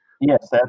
Yes